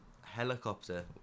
Helicopter